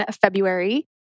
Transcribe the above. February